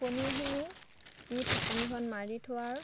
পনিৰখিনি দি ঢাকনিখন মাৰি থোৱাৰ